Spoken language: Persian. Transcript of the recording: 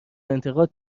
انتقاد